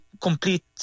complete